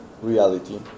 reality